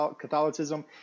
Catholicism